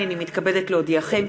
הנני מתכבדת להודיעכם,